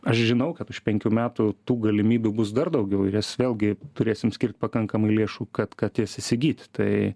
aš žinau kad už penkių metų tų galimybių bus dar daugiau ir jas vėlgi turėsim skirt pakankamai lėšų kad kad jas įsigyt tai